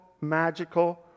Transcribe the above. magical